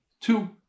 two